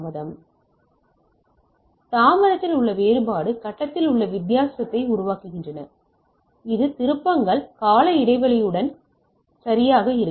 எனவே தாமதத்தில் உள்ள வேறுபாடுகள் கட்டத்தில் ஒரு வித்தியாசத்தை உருவாக்குகின்றன இது திருப்பங்கள் கால இடைவெளியின் சரியாக இருக்காது